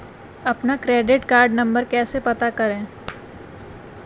अपना credit card number कैसे पता करें?